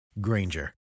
Granger